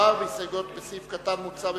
מדובר בהסתייגויות בסעיף קטן מוצע בפסקה,